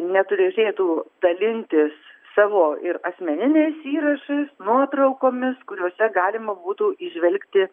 neturėtų dalintis savo ir asmeniniais įrašais nuotraukomis kuriose galima būtų įžvelgti